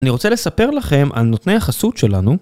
אני רוצה לספר לכם על נותני החסות שלנו